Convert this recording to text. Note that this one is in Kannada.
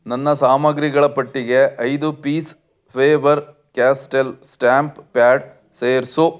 ನನ್ನ ಸಾಮಗ್ರಿಗಳ ಪಟ್ಟಿಗೆ ಐದು piece Faber Castell stamp pad ಸೇರಿಸು